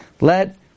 let